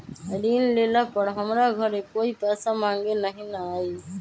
ऋण लेला पर हमरा घरे कोई पैसा मांगे नहीं न आई?